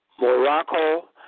Morocco